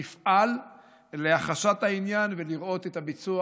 נפעל להחשת העניין כדי לראות את הביצוע,